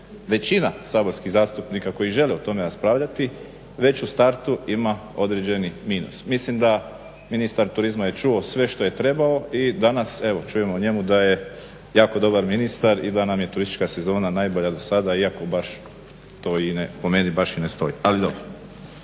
većina saborskih zastupnika koji žele o tome raspravljati već u startu ima određeni minus. Mislim da ministar turizma je čuo sve što je trebao i danas evo čujemo o njemu da je jako dobar ministar i da nam je turistička sezona najbolja dosada iako baš to i, po meni, baš i ne stoji. Ali dobro.